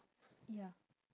ya